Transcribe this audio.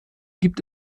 gibt